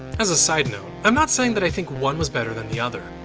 as a side note, i'm not saying that i think one was better than the other.